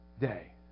day